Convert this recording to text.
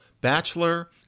Bachelor